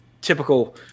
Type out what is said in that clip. typical